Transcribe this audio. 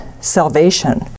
salvation